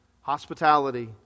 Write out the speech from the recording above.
hospitality